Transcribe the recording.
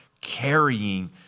carrying